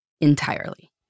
entirely